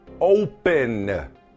open